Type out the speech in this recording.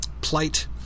plight